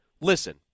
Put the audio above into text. listen